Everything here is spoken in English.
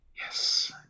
Yes